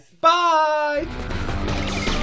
Bye